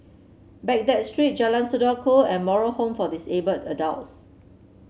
Baghdad Street Jalan Saudara Ku and Moral Home for Disabled Adults